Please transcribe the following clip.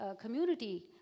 community